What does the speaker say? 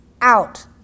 out